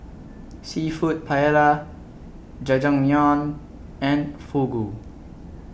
Seafood Paella Jajangmyeon and Fugu